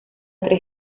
tres